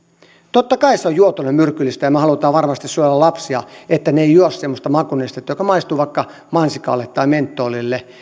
totta kai se on juotuna myrkyllistä ja me haluamme varmasti suojella lapsia että he eivät juo sellaista makunestettä joka maistuu vaikka mansikalle tai mentolille